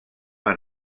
han